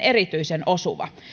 erityisen osuva